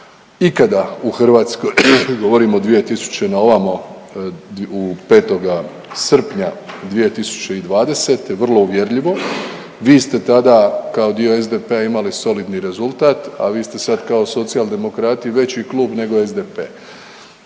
ikada u Hrvatskoj, govorim od 2000. na ovamo u 5. srpnja 2020. vrlo uvjerljivo. Vi ste tada kao dio SDP-a imali solidni rezultat, a vi ste sad kao Socijaldemokrati veći klub nego SDP.